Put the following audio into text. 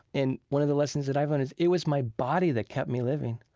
and one of the lessons that i've learned is it was my body that kept me living.